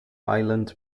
ireland